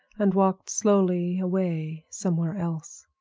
and walked slowly away somewhere else.